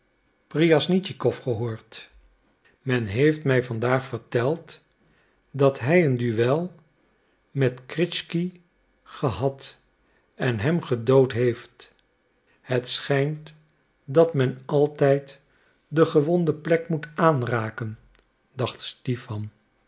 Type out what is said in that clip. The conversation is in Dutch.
priasnitschnikow gehoord men heeft mij vandaag verteld dat hij een duel met kritschky gehad en hem gedood heeft het schijnt dat men altijd de gewonde plek moet aanraken dacht stipan